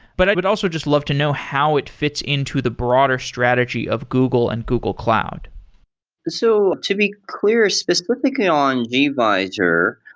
but i would also just love to know how it fits into the broader strategy of google and google cloud so, to be clear specifically on gvisor,